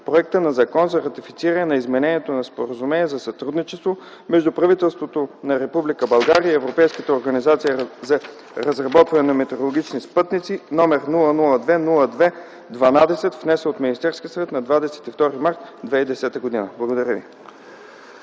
Законопроекта за ратифициране на Изменение на Споразумението за сътрудничество между правителството на Република България и Европейската организация за разработване на метеорологични спътници, № 002-02-12, внесен от Министерския съвет на 22 март 2010 г.”. Благодаря.